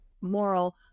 moral